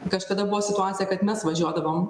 kažkada buvo situacija kad mes važiuodavom